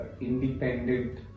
independent